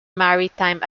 maritime